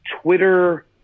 Twitter